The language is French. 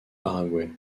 paraguay